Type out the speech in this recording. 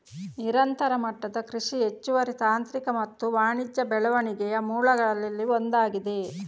ನಿರಂತರ ಮಟ್ಟದ ಕೃಷಿ ಹೆಚ್ಚುವರಿ ತಾಂತ್ರಿಕ ಮತ್ತು ವಾಣಿಜ್ಯ ಬೆಳವಣಿಗೆಯ ಮೂಲಗಳಲ್ಲಿ ಒಂದಾಗಿದೆ